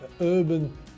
urban